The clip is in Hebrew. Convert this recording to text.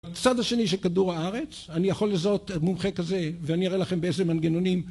בצד השני של כדור הארץ, אני יכול לזהות מומחה כזה, ואני אראה לכם באיזה מנגנונים